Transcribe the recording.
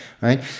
right